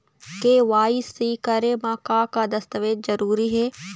KYC करे म का का दस्तावेज जरूरी हे?